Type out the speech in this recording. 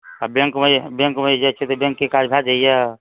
आ बैंकमे आ बैंकमे जाय छियै तऽ काज भए जाइया